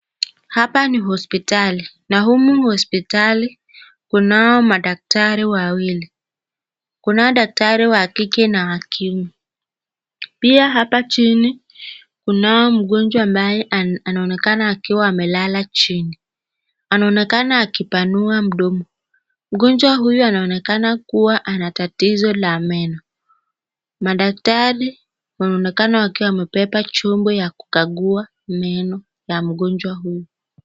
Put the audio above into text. Hapa ni hospitali na humu hospitali kunao madaktari wawili. Kunao daktari wa kike na wa kiume. Pia hapa chini kunaye mgonjwa ambaye anaonekana akiwa amelala chini. Anaonekana akipanua mdomo, mgonjwa huyu anaonekana kuwa ana tatizo la meno. Madaktari wanaonekana wakiwa wamebeba chombo ya kukagua meno ya mgonjwa huyu.